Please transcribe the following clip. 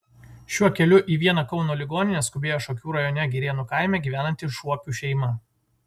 šiuo keliu į vieną kauno ligoninę skubėjo šakių rajone girėnų kaime gyvenanti šuopių šeima